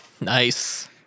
Nice